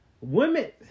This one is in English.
Women